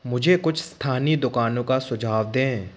मुझे कुछ स्थानीय दुकानों का सुझाव दें